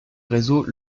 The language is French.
réseau